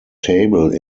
table